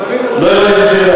לנו?